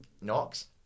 knocks